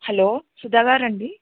hello Sudha గారండి